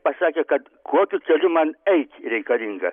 pasakė kad kokiu keliu man eit reikalinga